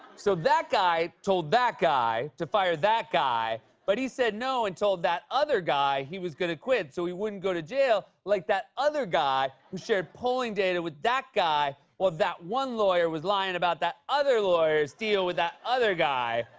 so that guy told that guy to fire that guy. but he said no and told that other guy he was gonna quit so he wouldn't go to jail like that other guy who shared polling data with that guy while that one lawyer was lying about that other lawyer's deal with that other guy.